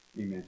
amen